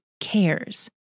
cares